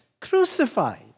crucified